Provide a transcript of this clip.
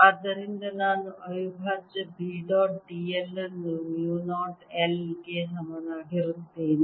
ಆದ್ದರಿಂದ ನಾನು ಅವಿಭಾಜ್ಯ B ಡಾಟ್ d l ಅನ್ನು ಮು 0 I ಗೆ ಸಮನಾಗಿರುತ್ತೇನೆ